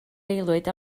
aelwyd